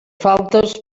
faltes